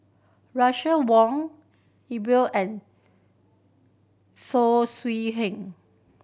Russel Wong Iqbal and Saw Swee